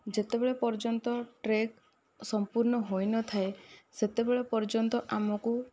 ଯେତେବେଳେ ପର୍ଯ୍ୟନ୍ତ ଟ୍ରେକ ସମ୍ପୂର୍ଣ ହୋଇନଥାଏ ସେତେବେଳ ପର୍ଯ୍ୟନ୍ତ ଆମକୁ